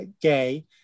gay